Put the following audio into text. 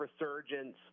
resurgence